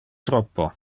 troppo